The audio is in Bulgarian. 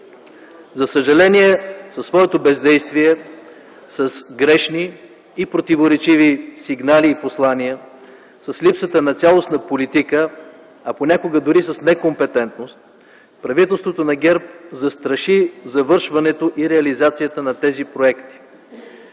За съжаление, със своето бездействие, с грешни и противоречиви сигнали и послания, с липсата на цялостна политика, а понякога дори с некомпетентност правителството на ГЕРБ застраши завършването и реализацията на тези проекти,